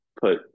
put